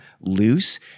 loose